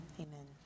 Amen